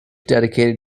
dedicated